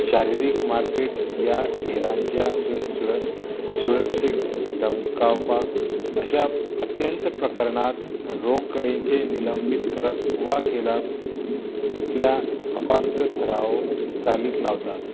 शारिरीक मारपेट ह्या हिरांच्या सुर सुर सुरक्षीक धमकावपाक अशा अत्यंत प्रकरणांत रोग कडेचे निलबीत करप वा केलांतल्या अपात्राव चालीक लावतात